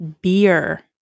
beer